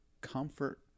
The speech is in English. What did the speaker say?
comfort